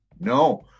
No